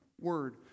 word